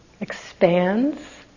expands